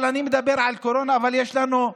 אני מדבר על קורונה, אבל יש לנו,